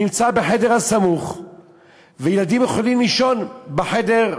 נמצא בחדר וילדים יכולים לישון בחדר סמוך,